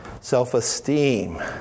self-esteem